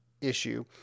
issue